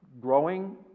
growing